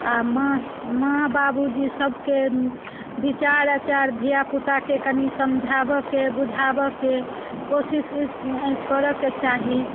आ माँ माँ बाबूजी सभके विचार आचार धियापुताके कनि समझाबयके बुझाबयके कोशिश करयके चाही